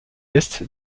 est